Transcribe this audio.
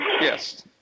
Yes